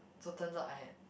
so turns out I had